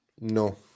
No